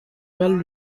well